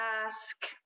ask